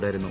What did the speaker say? തുടരുന്നു